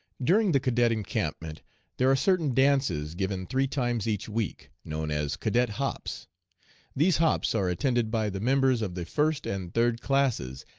during the cadet encampment there are certain dances given three times each week, known as cadet hops these hops are attended by the members of the first and third classes,